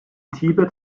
tibet